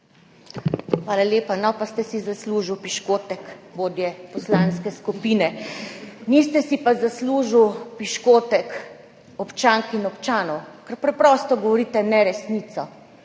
Hvala lepa. No, pa ste si zaslužili piškotek vodje poslanske skupine, niste si pa zaslužili piškotka občank in občanov, ker preprosto govorite neresnico.